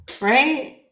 right